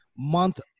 Month